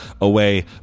away